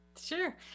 Sure